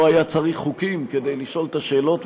לא היה צריך חוקים כדי לשאול את השאלות,